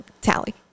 tally